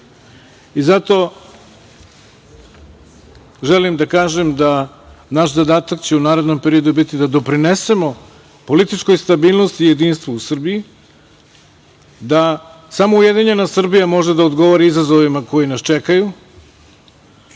i zato želim da kažem da naš zadatak će narednom periodu biti da doprinesemo političkoj stabilnosti i jedinstvu u Srbiji, da samo ujedinjena Srbija može da odgovori izazovima koji nas čekaju